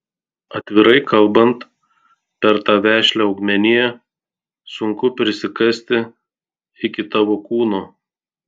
atvirai kalbant per tą vešlią augmeniją sunku prisikasti iki tavo kūno